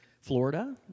Florida